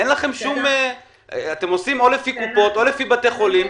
אתם עושים לפי קופות או לפי בתי חולים,